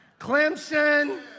Clemson